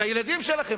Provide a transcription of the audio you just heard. את הילדים שלכם,